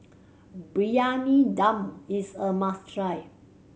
Briyani Dum is a must try